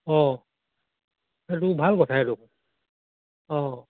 অ সেইটো ভাল কথা এইটো অ